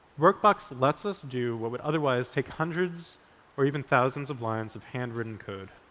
workbox lets us do what would otherwise take hundreds or even thousands of lines of handwritten code.